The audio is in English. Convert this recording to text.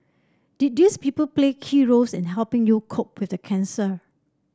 did these people play key roles in helping you cope with the cancer